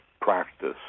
practice